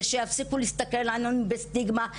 ושיפסיקו להסתכל עלינו בסטיגמה.